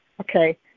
okay